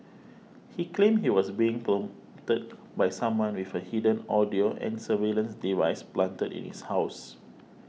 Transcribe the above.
he claimed he was being prompted by someone with a hidden audio and surveillance device planted in his house